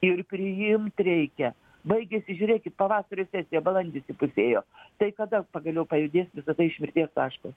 ir priimt reikia baigiasi žiūrėkit pavasario sesija balandis įpusėjo tai kada pagaliau pajudės visa tai iš mirties taško